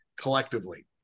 collectively